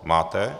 Máte.